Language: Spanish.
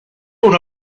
una